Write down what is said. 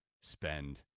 spend